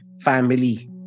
family